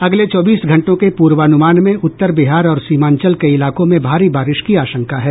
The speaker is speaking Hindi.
अगले चौबीस घंटों के पूर्वानुमान में उत्तर बिहार और सीमांचल के इलाकों में भारी बारिश की आशंका है